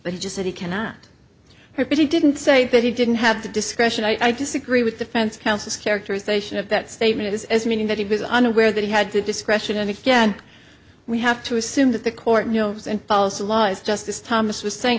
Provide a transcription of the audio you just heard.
but he just said he cannot hear but he didn't say that he didn't have the discretion i disagree with defense counsel's characterization of that statement as as meaning that he was unaware that he had to discretion and again we have to assume that the court knows and paul's law is justice thomas was saying